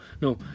no